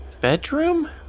bedroom